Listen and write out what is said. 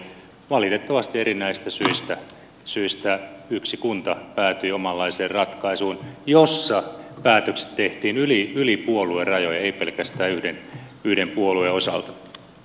valitettavasti erinäisistä syistä yksi kunta päätyi omanlaiseen ratkaisuun jossa päätökset tehtiin yli puoluerajojen ei pelkästään yhden puolueen osalta